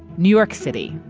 new york city